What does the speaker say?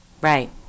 Right